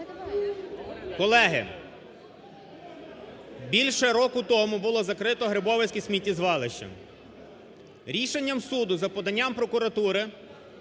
Колеги, більше року тому було закрито Грибовицьке сміттєзвалище. Рішенням суду, за поданням прокуратури,